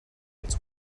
its